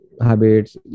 habits